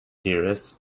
dearest